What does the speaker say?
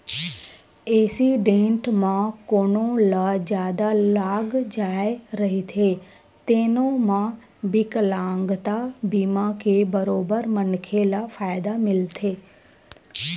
accident म कोनो ल जादा लाग जाए रहिथे तेनो म बिकलांगता बीमा के बरोबर मनखे ल फायदा मिलथे